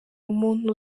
umuntu